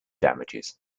damages